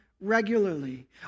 regularly